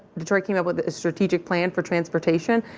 detroit came up with a strategic plan for transportation.